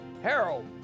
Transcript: Harold